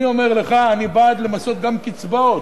אני אומר לך, אני בעד למסות גם קצבאות.